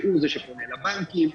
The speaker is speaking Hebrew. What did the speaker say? שהוא זה שפונה לבנקים.